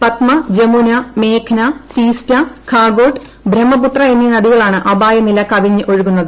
പദ്മ ജമുന മേഘ്ന ടീസ്റ്റ ഘാഗോട്ട് ബ്രഹ്മപുത്രി എന്നീ നദികളാണ് അപായനില കവിഞ്ഞ് ഒഴുകുന്നത്